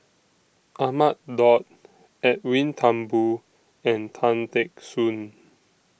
Ahmad Daud Edwin Thumboo and Tan Teck Soon